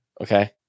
Okay